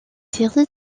séries